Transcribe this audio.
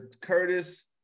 Curtis